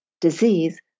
disease